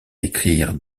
écrire